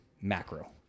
macro